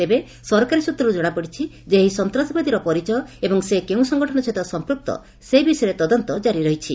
ତେବେ ସରକାରୀ ସ୍ୱତ୍ରର୍ ଜଣାପଡିଛି ଯେ ଏହି ସନ୍ତସବାଦୀର ପରିଚୟ ଏବଂ ସେ କେଉଁ ସଂଗଠନ ସହିତ ସମ୍ପୁକ୍ତ ଥିବା ସେ ବିଷୟରେ ତଦନ୍ତ ଜାରି ରହିଛି